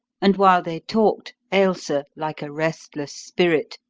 and while they talked, ailsa, like a restless spirit,